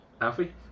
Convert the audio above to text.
Alfie